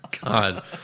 God